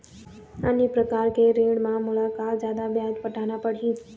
अन्य प्रकार के ऋण म मोला का जादा ब्याज पटाना पड़ही?